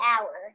hour